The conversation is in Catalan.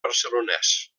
barcelonès